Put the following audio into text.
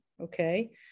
okay